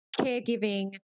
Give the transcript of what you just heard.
caregiving